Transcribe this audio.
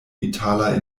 itala